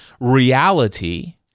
reality